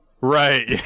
Right